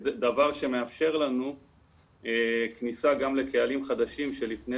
דבר שמאפשר לנו כניסה גם לקהלים חדשים שלפני